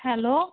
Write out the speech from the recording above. hello